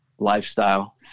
lifestyle